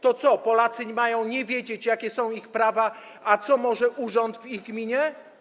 To co, Polacy mają nie wiedzieć, jakie są ich prawa, co może urząd w ich gminie?